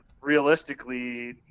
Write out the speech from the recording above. realistically